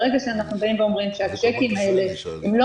ברגע שאנחנו באים ואומרים שהצ'קים האלה הם לא